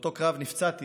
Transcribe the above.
באותו קרב נפצעתי